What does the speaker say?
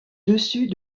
dessus